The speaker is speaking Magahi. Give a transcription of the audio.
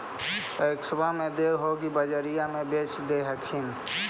पैक्सबा मे दे हको की बजरिये मे बेच दे हखिन?